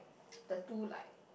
the two like